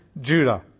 Judah